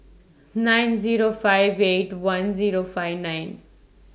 nine Zero five eight one Zero five nine